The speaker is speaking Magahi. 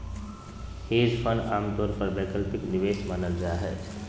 हेज फंड आमतौर पर वैकल्पिक निवेश मानल जा हय